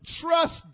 trust